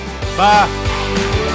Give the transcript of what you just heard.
Bye